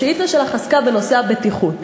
השאילתה שלך עסקה בנושא הבטיחות.